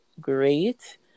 great